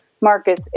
Marcus